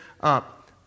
up